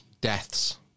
deaths